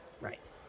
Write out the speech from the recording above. right